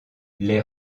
les